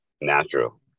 natural